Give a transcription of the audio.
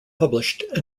published